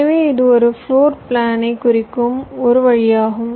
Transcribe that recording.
எனவே இது ஒரு ஃப்ளோர் பிளான் குறிக்கும் ஒரு வழியாகும்